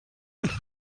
ist